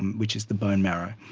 which is the bone marrow.